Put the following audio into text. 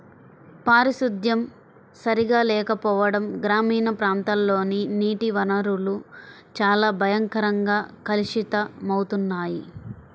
పారిశుద్ధ్యం సరిగా లేకపోవడం గ్రామీణ ప్రాంతాల్లోని నీటి వనరులు చాలా భయంకరంగా కలుషితమవుతున్నాయి